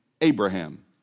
Abraham